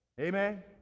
Amen